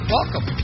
Welcome